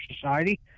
society